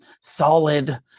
solid